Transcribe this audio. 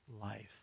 life